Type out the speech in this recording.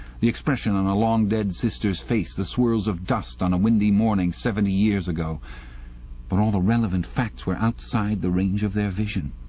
the expression on a long-dead sister's face, the swirls of dust on a windy morning seventy years ago but all the relevant facts were outside the range of their vision.